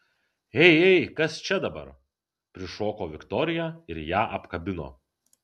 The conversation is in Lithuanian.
ei ei kas čia dabar prišoko viktorija ir ją apkabino